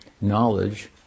Knowledge